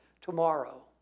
tomorrow